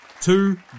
Two